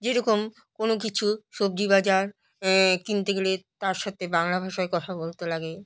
যেরকম কোনো কিছু সবজি বাজার কিনতে গেলে তার সাথে বাংলা ভাষায় কথা বলতে লাগে